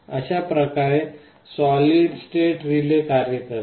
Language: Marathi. अशा प्रकारे सॉलिड स्टेट रिले कार्य करते